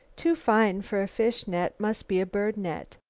too fine for a fish net must be a bird net.